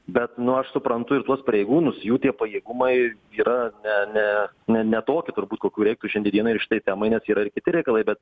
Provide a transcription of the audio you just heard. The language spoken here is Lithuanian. bet nu aš suprantu ir tuos pareigūnus jų tie pajėgumai yra ne ne ne ne tokie turbūt kokių reik šiandie dienai ir šitai temai nes yra ir kiti reikalai bet